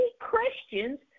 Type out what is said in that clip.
Christians